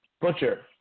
Butcher